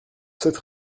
cette